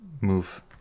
move